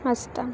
आसता